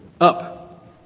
Up